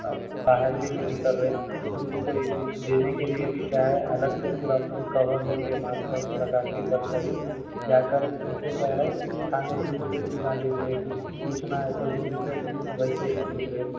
اب باہر بھی نہیں نکل رہے ان کو کوئی کچھ دینے کے لیے بھی کیا ہے الگ سے پورا فل کور ہو کے ماسک واسک لگا کے گر کبھی جا کر ان کو کیا ہے کھانے پینے کی چیزاں دیکھ رہے کچھ پوچھنا ہے تو بھی ان سے ویسے ہی پوچھ رہے